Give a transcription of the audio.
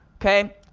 okay